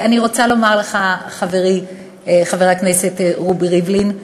אני רוצה לומר לך, חברי חבר הכנסת רובי ריבלין,